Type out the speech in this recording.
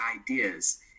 ideas